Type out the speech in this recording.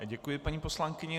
Děkuji paní poslankyni.